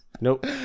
Nope